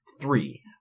three